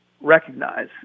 recognize